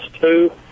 two